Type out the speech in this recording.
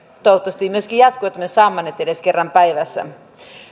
toivottavasti se myöskin jatkuu että me saamme ne edes kerran päivässä